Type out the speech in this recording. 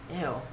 ew